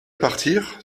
partir